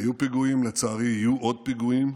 היו פיגועים, לצערי יהיו עוד פיגועים.